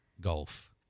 golf